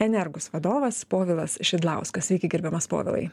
energus vadovas povilas šidlauskas sveiki gerbiamas povilai